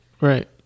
Right